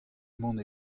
mont